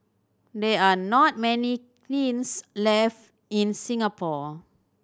there are not many kilns left in Singapore